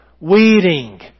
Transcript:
Weeding